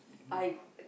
I